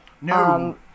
No